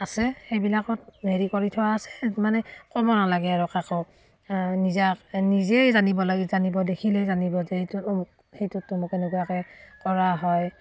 আছে সেইবিলাকত হেৰি কৰি থোৱা আছে মানে ক'ব নালাগে আৰু কাকো নিজা নিজেই জানিব লাগে জানিব দেখিলেই জানিব যে এইটো আমুক সেইটোত তামুক এনেকুৱাকৈ কৰা হয়